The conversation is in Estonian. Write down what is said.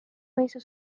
mõisa